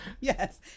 yes